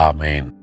Amen